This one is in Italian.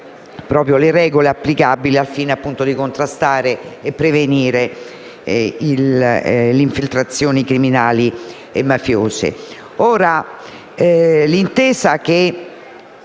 alle regole applicabili al fine di contrastare e prevenire le infiltrazioni criminali mafiose.